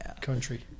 country